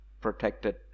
protected